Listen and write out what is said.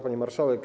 Pani Marszałek!